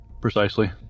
Precisely